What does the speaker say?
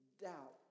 doubt